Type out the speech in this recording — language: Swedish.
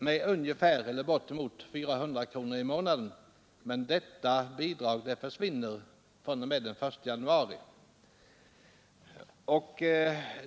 Men det bidraget försvinner från och med den 1 januari 1974.